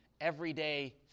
everyday